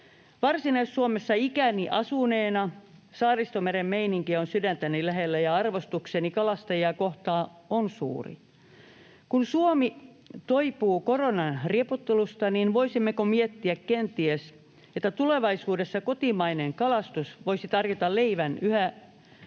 Varsinais-Suomessa ikäni asuneena Saaristomeren meininki on sydäntäni lähellä ja arvostukseni kalastajia kohtaan on suuri. Kun Suomi toipuu koronan riepottelusta, niin voisimmeko kenties miettiä, että tulevaisuudessa kotimainen kalastus voisi tarjota leivän yhä